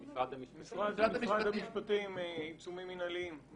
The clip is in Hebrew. משרד המשפטים, מה דעתכם על עיצומים מנהליים?